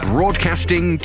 Broadcasting